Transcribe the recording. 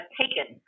taken